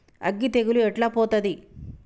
అగ్గి తెగులు ఎట్లా పోతది?